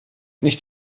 nicht